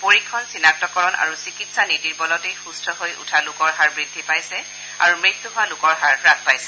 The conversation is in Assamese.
পৰীক্ষণ চিনাক্তকৰণ আৰু চিকিৎসা নীতিৰ বলতে সুম্থ হৈ উঠা লোকৰ হাৰ বৃদ্ধি পাইছে আৰু মৃত্যু হোৱা লোকৰ হাৰ হাস পাইছে